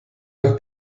nach